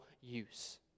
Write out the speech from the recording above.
use